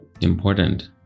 important